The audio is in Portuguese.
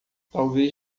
talvez